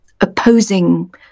opposing